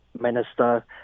minister